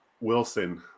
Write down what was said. Wilson